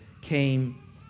came